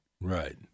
Right